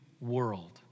world